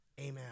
Amen